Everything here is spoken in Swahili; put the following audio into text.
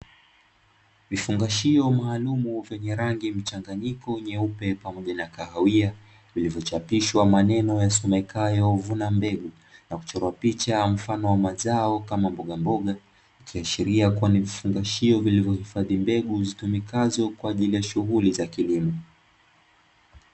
Vifungashio maalum vyenye rangi mchanganyiko nyeupe pamoja na kahawia vilivyochapishwa maneno yasomekayo ”vuna mbegu” na kuchorwa picha mfano wa mazao kama mbogamboga, vikiashiria kuwa ni vifungashio vilivyohifadhi mbegu zitumikazo katika shughuli ya kilimo.